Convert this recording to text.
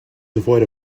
devoid